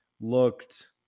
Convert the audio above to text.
looked